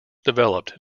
developed